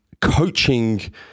coaching